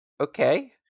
Okay